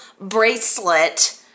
bracelet